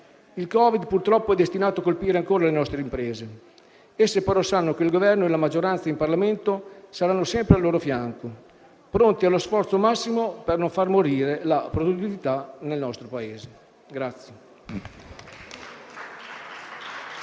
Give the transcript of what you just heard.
Il Covid, purtroppo, è destinato a colpire ancora le nostre imprese. Queste ultime sanno che il Governo e la maggioranza in Parlamento saranno sempre al loro fianco, pronti allo sforzo massimo per non far morire la produttività nel nostro Paese.